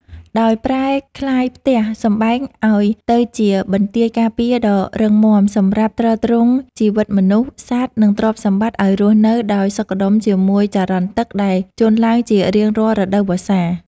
ដោយប្រែក្លាយផ្ទះសម្បែងឱ្យទៅជាបន្ទាយការពារដ៏រឹងមាំសម្រាប់ទ្រទ្រង់ជីវិតមនុស្ស សត្វ និងទ្រព្យសម្បត្តិឱ្យរស់នៅដោយសុខដុមជាមួយចរន្តទឹកដែលជន់ឡើងជារៀងរាល់រដូវវស្សា។